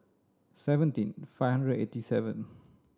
seventeen five hundred and eighty seven